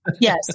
Yes